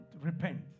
repent